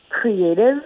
creative